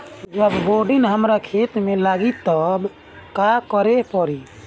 जब बोडिन हमारा खेत मे लागी तब का करे परी?